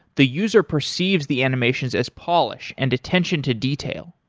the user perceives the animations as polish and attention to detail.